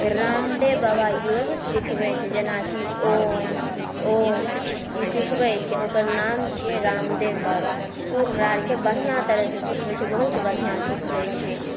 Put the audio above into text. रामदेव बाबा योग सिखबै छै जेनाकि ओम ओम ई सिखबै छै ओकर नाम छिए रामदेव बाबा ओ हमरा आरके बढ़िआँ तरहसँ सिखबै छै बहुत बढ़िआँ सिखबै छै